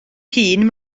hun